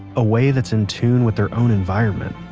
a way that's in tune with their own environment,